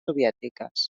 soviètiques